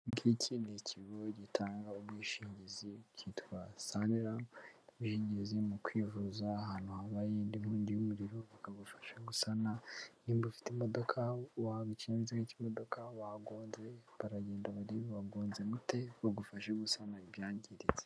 Ikii ni ikigo gitanga ubwishingizi kitwa Sanra ubwingezi mu kwivuza ahantu habayeindi nkongi y'umuriro bakagufasha gusana'mbu ufite imodoka wabikinze nk'imodoka wagonnze baragenda baridiba wagonze mute bagufashe gusanabyangiritse.